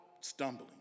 stumbling